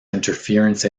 interference